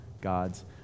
God's